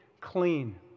clean